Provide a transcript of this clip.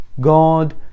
God